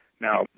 Now